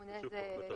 הממונה על